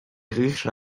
riches